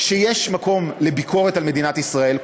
שיש מקום לביקורת על מדינת ישראל,